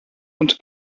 und